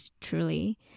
truly